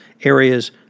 areas